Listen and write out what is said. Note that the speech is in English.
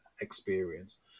experience